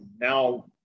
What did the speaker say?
now